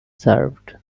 served